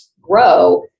grow